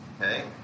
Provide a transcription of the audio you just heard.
Okay